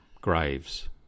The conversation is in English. graves